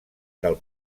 del